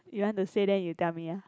you want to say then you tell me ah